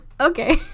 Okay